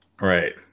Right